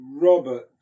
Robert